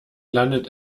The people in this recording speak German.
landet